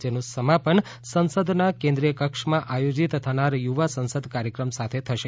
જેનું સમાપન સંસદના કેન્દ્રીય કક્ષમાં આયોજીત થનાર યુવા સંસદ કાર્યક્રમ સાથે થશે